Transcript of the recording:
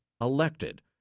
elected